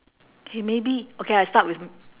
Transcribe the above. K maybe okay I start with m~